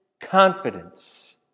confidence